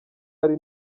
hari